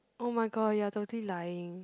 oh my god you are totally lying